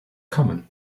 common